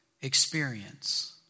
experience